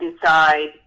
decide